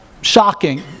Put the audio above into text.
shocking